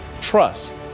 trust